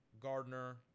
Gardner